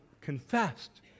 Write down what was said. confessed